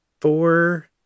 Four